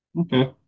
okay